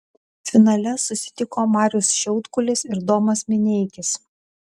finale susitiko marius šiaudkulis ir domas mineikis